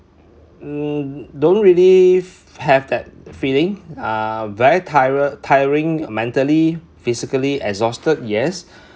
mm don't really fee~ have that feeling uh very tire~ tiring mentally physically exhausted yes